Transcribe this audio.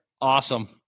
Awesome